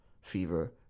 fever